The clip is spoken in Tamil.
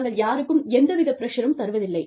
நாங்கள் யாருக்கும் எந்தவித பிரஷரும் தருவதில்லை